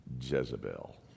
Jezebel